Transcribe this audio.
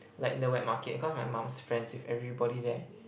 like in the wet market because my mom's friends with everybody there